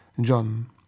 John